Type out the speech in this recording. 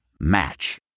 Match